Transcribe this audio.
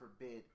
forbid